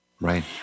Right